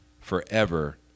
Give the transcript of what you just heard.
forever